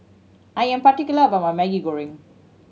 I am particular about my Maggi Goreng